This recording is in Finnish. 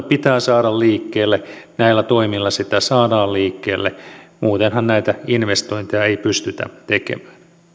pitää saada liikkeelle näillä toimilla sitä saadaan liikkeelle muutenhan näitä investointeja ei pystytä tekemään